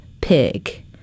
pig